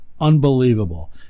unbelievable